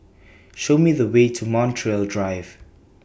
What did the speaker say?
Show Me The Way to Montreal Drive